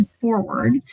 forward